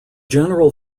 general